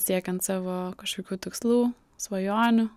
siekiant savo kažkokių tikslų svajonių